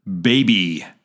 baby